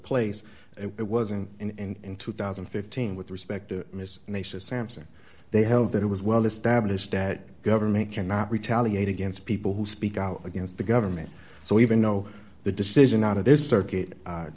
place it wasn't an end in two thousand and fifteen with respect to ms and they said sampson they held that it was well established that government cannot retaliate against people who speak out against the government so even know the decision out of this circuit